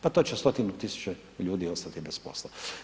Pa to će stotine tisuća ljudi ostati bez posla.